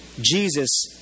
Jesus